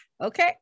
Okay